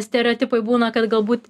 stereotipai būna kad galbūt